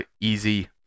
Easy